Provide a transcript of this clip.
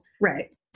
Right